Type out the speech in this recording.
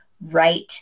right